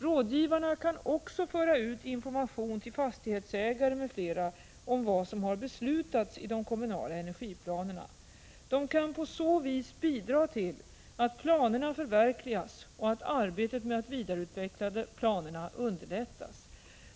Rådgivarna kan också föra ut information till fastighetsägare m.fl. om vad som har beslutats i de kommunala energiplanerna. De kan på så vis bidra till att planerna förverkligas och att arbetet med att vidareutveckla planerna underlättas.